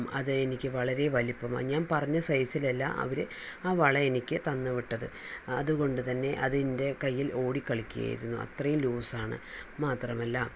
അത് എനിക്ക് വളരെ വലിപ്പമാണ് ഞാൻ പറഞ്ഞ സൈസിലല്ലാ അവര് ആ വള എനിക്ക് തന്ന് വിട്ടത് അതുകൊണ്ട്തന്നെ അത് എൻ്റെ കയ്യിൽ ഓടിക്കളിക്കുകയായിരുന്നു അത്രയും ലൂസാണ് മാത്രമല്ല